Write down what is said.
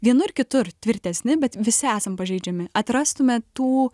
vienur kitur tvirtesni bet visi esam pažeidžiami atrastume tų